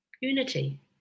Unity